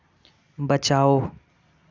बचाओ